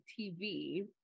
TV